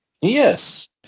Yes